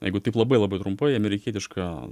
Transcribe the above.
jeigu taip labai labai trumpai amerikietiška